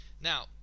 Now